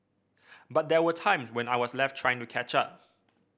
but there were times when I was left trying to catch up